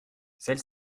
celle